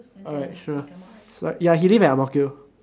alright sure so ya he live at Ang-Mo-Kio